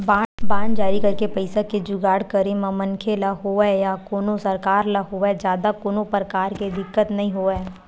bond जारी करके पइसा के जुगाड़ करे म मनखे ल होवय या कोनो सरकार ल होवय जादा कोनो परकार के दिक्कत नइ होवय